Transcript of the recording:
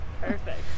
Perfect